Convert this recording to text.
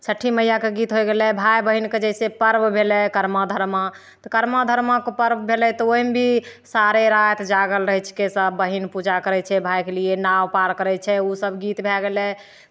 छठि मैयाके गीत होइ गेलै भाय बहिनके जैसे पर्व भेलै कर्मा धर्मा तऽ कर्मा धर्माक पर्व भेलै तऽ ओहिमे भी सारे राति जागल रहै छिकै सभ बहिन पूजा करै छियै भाय के लिए नाव पार करै छै ओसभ गीत भए गेलै